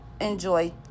enjoy